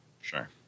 Sure